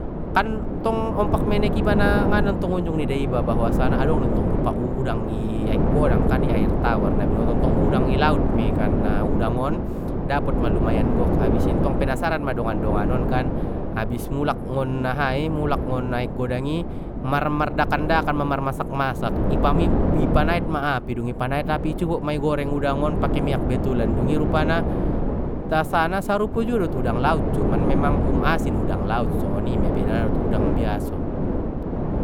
Kan ntong ompak menek iba na ngana unjung nida iba bahwasana adong don tong rupa udang i aek godangkan i air tawar na binoto ntong udang i laut mei kan na udang on dapot ma lumayan gok abis i ntong penasaran ma dongan dongan on abis mulak ngon ahai mulak ngon aek godang i mar-mardakan dakan ma mar masak masak i pam i panaet ma api dung i panaet api i cubo ma i goreng udang on pake miyak betulan dungi rupana, rasana sarupo juo dot udang laut cuman memang um asin udang laut soni mia bedana dot udang biaso.